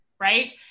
right